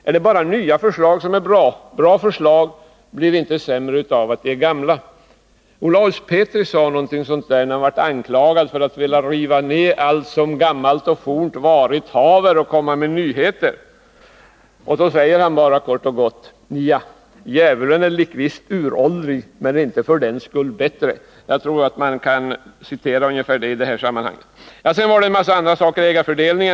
Är det bara nya förslag som är bra? Bra förslag blir inte sämre för att de är gamla. När Olaus Petri blev anklagad för att vilja riva ner det som var gammalt och fornt och komma med nyheter sade han: ”Djävulen är gammal, men han är inte sämre för det.” Jag tycker att man kan citera detta uttryck i det här sammanhanget. Sedan togs det upp en mängd andra saker, bl.a. frågan om ägarfördelningen.